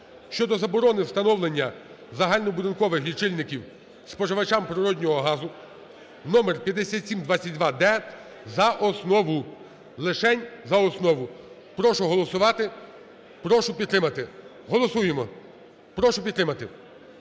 (щодо заборони встановлення загальнобудинкових лічильників споживачам природного газу), номер 5722-д. За основу, лишень, за основу прошу голосувати, прошу підтримати. Голосуємо, прошу підтримати.